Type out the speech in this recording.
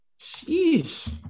Jeez